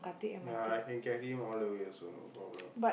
ya I can carry him all the way also no problem